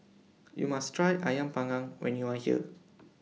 YOU must Try Ayam Panggang when YOU Are here